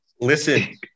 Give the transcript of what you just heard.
Listen